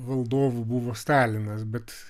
valdovų buvo stalinas bet